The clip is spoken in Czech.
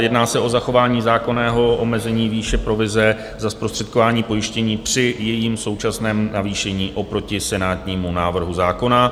Jedná se o zachování zákonného omezení výše provize za zprostředkování pojištění při jejím současném navýšení oproti senátnímu návrhu zákona.